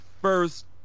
first